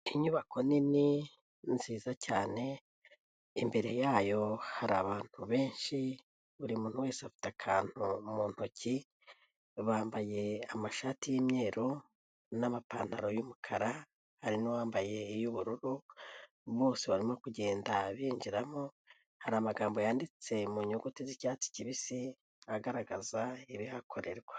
Inyubako nini nziza cyane, imbere yayo hari abantu benshi, buri muntu wese afita akantu mu ntoki, bambaye amashati y'imyeru, n'amapantaro yumukara, hari n'uwambaye iy'ubururu. Bose barimo kugenda binjiramo hari amagambo yanditse mu nyuguti z'icyatsi kibisi agaragaza ibihakorerwa.